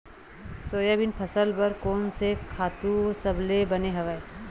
Soybean फसल बर कोन से खातु सबले बने हवय?